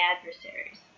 adversaries